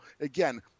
again